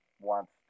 wants